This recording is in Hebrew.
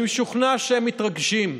אני משוכנע שהם מתרגשים,